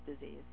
disease